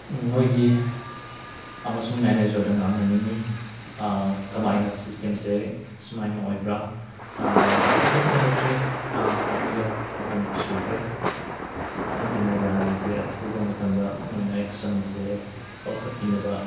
ꯅꯣꯏꯒꯤ ꯑꯃꯁꯨꯡ ꯃꯦꯅꯦꯖꯔꯗ ꯉꯥꯡꯅꯅꯤꯡꯏ ꯀꯃꯥꯏꯅ ꯁꯤꯁꯇꯦꯝꯁꯦ ꯁꯨꯃꯥꯏꯅ ꯑꯣꯏꯕ꯭ꯔꯥ ꯑꯁꯤ ꯈꯛꯇ ꯅꯠꯇ꯭ꯔꯦ ꯑꯅꯤꯔꯛ ꯑꯍꯨꯝꯂꯛ ꯁꯨꯈ꯭ꯔꯦ ꯑꯗꯨꯅ ꯌꯥꯔꯗꯤ ꯑꯊꯨꯕ ꯃꯇꯝꯗ ꯅꯣꯏꯅ ꯑꯦꯛꯁꯟꯁꯦ ꯂꯧꯈꯠꯄꯤꯅꯕ